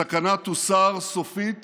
הסכנה תוסר סופית